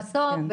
בסוף,